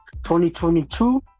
2022